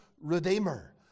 Redeemer